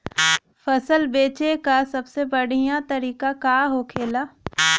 फसल बेचे का सबसे बढ़ियां तरीका का होखेला?